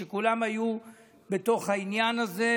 שכולם היו בתוך העניין הזה,